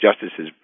Justices